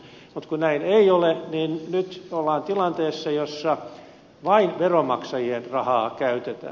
mutta kun näin ei ole niin nyt ollaan tilanteessa jossa vain veronmaksajien rahaa käytetään